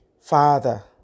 Father